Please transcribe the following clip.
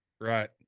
Right